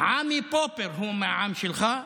עמי פופר הוא מהעם שלך,